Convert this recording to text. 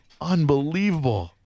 Unbelievable